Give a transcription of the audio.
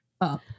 up